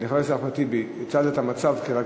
הנה חבר הכנסת אחמד טיבי, הצלת את המצב כרגיל.